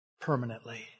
permanently